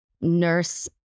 nurse